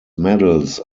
medals